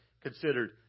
considered